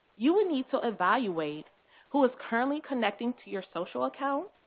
you will need to evaluate who is currently connecting to your social account,